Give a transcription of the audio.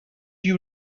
you